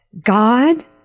God